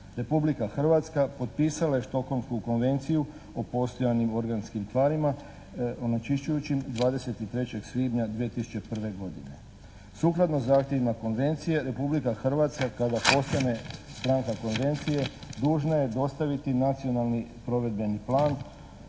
Republika Hrvatska potpisala je Stockholmsku konvenciju o postojanim organskim tvarima onečišćujućim 23. svibnja 2001. godine. Sukladno zahtjevima konvencije Republika Hrvatska kada postane stranka konvencije dužna je dostaviti nacionalni provedbeni plan